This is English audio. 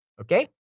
Okay